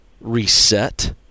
reset